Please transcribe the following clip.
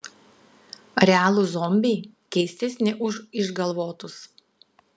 realūs zombiai keistesni už išgalvotus